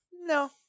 No